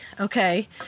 okay